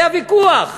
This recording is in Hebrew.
היה ויכוח,